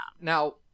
Now